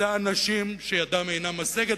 אנשים שידם אינה משגת,